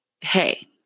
hey